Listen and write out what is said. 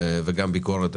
וגם ביקורת.